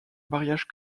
mariage